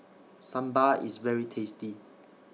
Sambar IS very tasty